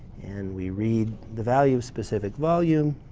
and we read the value's specific volume